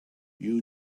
you